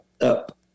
up